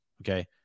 Okay